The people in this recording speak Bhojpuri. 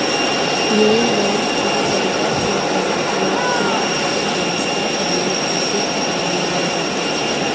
इ लोन के जरिया से बहुते लोग के आपन व्यवसाय करे खातिर सहारा मिल जाता